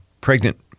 pregnant